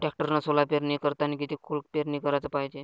टॅक्टरनं सोला पेरनी करतांनी किती खोल पेरनी कराच पायजे?